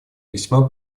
весьма